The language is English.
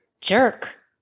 Jerk